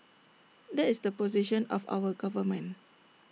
that is the position of our government